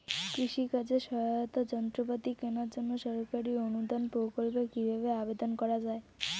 কৃষি কাজে সহায়তার যন্ত্রপাতি কেনার জন্য সরকারি অনুদান প্রকল্পে কীভাবে আবেদন করা য়ায়?